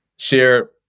share